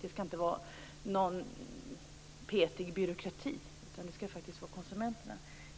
Det skall inte avgöras i någon petig byråkrati.